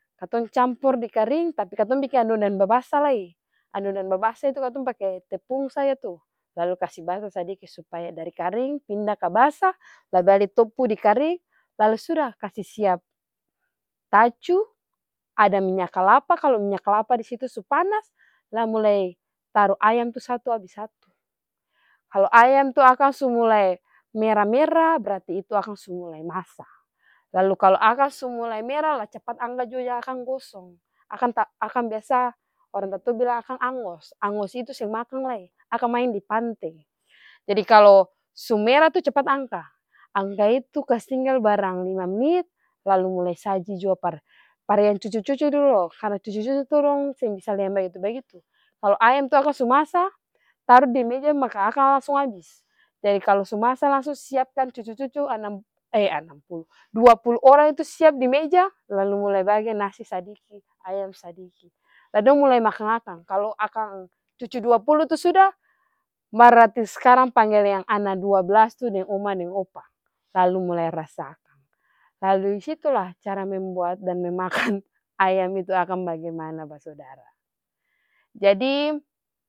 Katong campor dikaring tapi katong biking adonan babasa lai, adonan babasa itu katong pake tepung saja itu, lalu kasi basa sadiki supaya darim karing pinda ka basa lah bale topu dikaring lalu suda kasi siap, tacu, ada minya kalapa kalu minya kalapa disitu su panas la mulai taru ayam tuh satu abis satu, kalu ayam itu akang sumulai mera-mera berarti itu akang sumulai masa, lalu kalu akang su mulai mera lah capat angka jua jang akang gosong akang akang biasa orang tatua bilang akang angos, angos itu seng makang lai, akang maeng di pante, jadi kalu su mera tuh capat angka, angka itu kastinggal barang lima menit lalu mulai saji jua par-par yang cucu dolo, karna cucu-cucu dong seng bisa lia yang bagitup-bagitu kalu ayam tuh akang su masa taru dimeja maka akang langsung abis, jadi kalu su masa siapkan cucu-cucu anam dua pulu orang itu siap dimeja lalu mulai bage nasi sadiki, ayam sadiki lah dong mulai makang akang kalu akang cucu dua pulu tuh sudah, bararti skarang panggel yang ana dua blas tuh deng oma deng opa, lalu mulai rasa akang, lalu disitulah cara membuat dan memakan ayam itu basudara jadi.